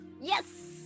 Yes